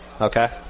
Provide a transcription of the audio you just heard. Okay